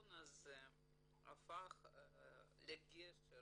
העיתון הזה הפך לגשר